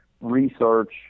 research